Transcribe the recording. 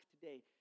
today